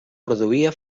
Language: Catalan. produïa